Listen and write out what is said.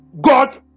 God